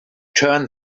turn